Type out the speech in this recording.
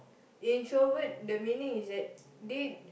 introvert the meaning is that they